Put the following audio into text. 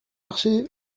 marché